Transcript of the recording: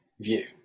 view